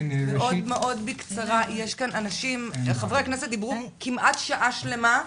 מאוד בקצרה, חברי הכנסת דיברו כמעט שעה שלמה.